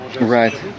Right